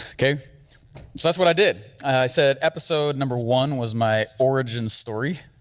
okay. so that's what i did. i said episode number one was my origin story,